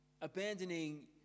Abandoning